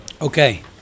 Okay